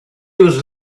was